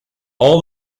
all